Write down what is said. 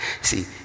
See